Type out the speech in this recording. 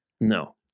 No